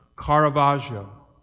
Caravaggio